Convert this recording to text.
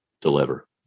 deliver